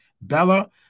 Bella